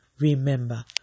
Remember